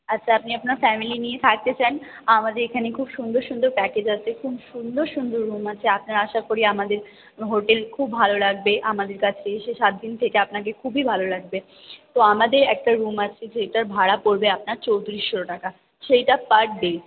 আচ্ছা আপনি আপনার ফ্যামিলি নিয়ে থাকতে চান আমাদের এখানে খুব সুন্দর সুন্দর প্যাকেজ আছে খুব সুন্দর সুন্দর রুম আছে আপনার আশা করি আমাদের হোটেল খুব ভালো লাগবে আমাদের কাছে এসে সাতদিন থেকে আপনাকে খুবই ভালো লাগবে তো আমাদের একটা রুম আছে যেটার ভাড়া পড়বে আপনার চৌত্রিশশো টাকা সেটা পার ডে